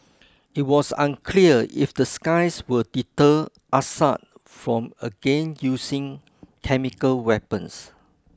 it was unclear if the skies will deter Assad from again using chemical weapons